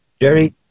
Jerry